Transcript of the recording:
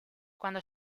cuando